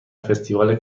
فستیوال